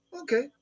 Okay